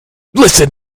listen